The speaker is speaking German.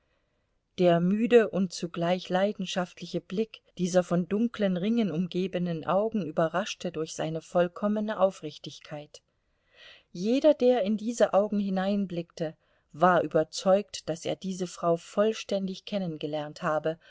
der müde und zugleich leidenschaftliche blick dieser von dunklen ringen umgebenen augen überraschte durch seine vollkommene aufrichtigkeit jeder der in diese augen hineinblickte war überzeugt daß er diese frau vollständig kennengelernt habe